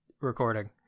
recording